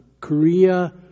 Korea